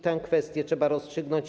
Tę kwestię trzeba rozstrzygnąć.